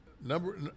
number